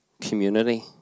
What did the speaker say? community